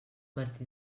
martí